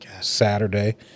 Saturday